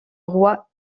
roi